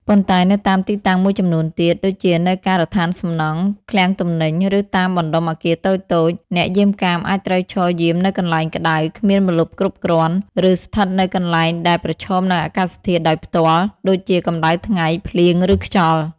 ប៉ុន្តែនៅតាមទីតាំងមួយចំនួនទៀត ដូចជានៅការដ្ឋានសំណង់ ឃ្លាំងទំនិញ ឬតាមបណ្ដុំអគារតូចៗ អ្នកយាមកាមអាចត្រូវឈរយាមនៅកន្លែងក្តៅ គ្មានម្លប់គ្រប់គ្រាន់ ឬស្ថិតនៅកន្លែងដែលប្រឈមនឹងអាកាសធាតុដោយផ្ទាល់ ដូចជាកម្ដៅថ្ងៃ ភ្លៀង ឬខ្យល់។